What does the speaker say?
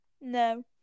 No